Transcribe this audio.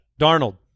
Darnold